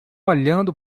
olhando